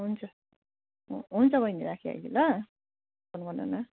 हुन्छ हुन्छ बैनी राखेँ अहिले ल फोन गर्नु न